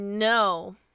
No